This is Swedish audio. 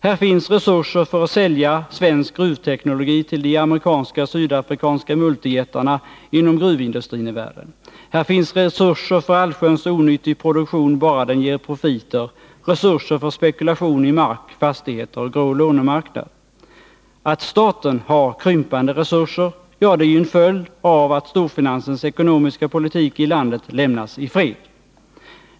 Här finns resurser för att sälja svensk gruvteknologi till de amerikanska och sydafrikanska multijättarna inom gruvindustrin i världen. Här finns resurser för allsköns onyttig produktion, bara den ger profiter, resurser för spekulation i mark, fastigheter och grå lånemarknad. Att staten har krympande resurser — ja, det är ju en följd av att storfinansens ekonomiska politik i landet lämnas i fred.